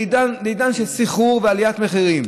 לעידן של סחרור ועליית מחירים.